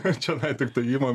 ar čionai tiktai imam